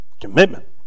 Commitment